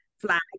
flag